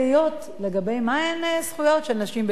מה הן הזכויות של נשים בהיריון,